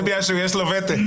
זה בגלל שיש לו ותק,